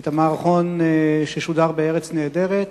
את המערכון ששודר ב"ארץ נהדרת".